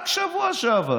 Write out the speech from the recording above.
רק בשבוע שעבר